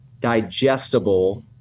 digestible